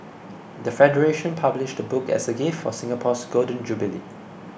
the federation published the book as a gift for Singapore's Golden Jubilee